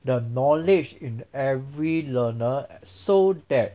the knowledge in every learner so that